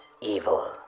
Evil